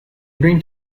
bring